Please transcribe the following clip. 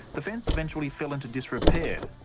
the fence eventually fell into disrepair.